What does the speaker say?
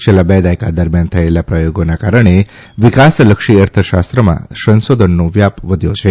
છેલ્લા બે દાયકા દરમિથાન થયેલા પ્રથોગોના કારણે વિકાસલક્ષી અર્થશાસ્ત્રમાં સંશોધનોનો વ્યાપ વધ્યો છે